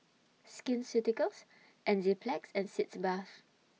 Skin Ceuticals Enzyplex and Sitz Bath